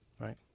right